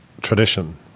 tradition